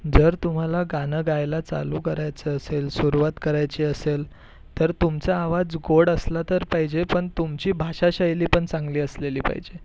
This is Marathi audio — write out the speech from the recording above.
जर तुम्हाला गाणं गायला चालू करायचं असेल सुरुवात करायची असेल तर तुमचा आवाज गोड असला तर पाहिजे पण तुमची भाषाशैली पण चांगली असलेली पाहिजे